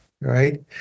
right